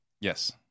Yes